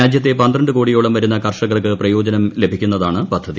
രാജ്യത്തെ പന്ത്രണ്ട് കോടിയോളം വരുന്ന കർഷകർക്ക് പ്രയോജനം ലഭിക്കുന്നതാണ് പദ്ധതി